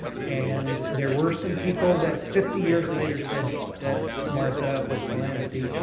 and there were some people, that fifty years later, said that martha, or calamity,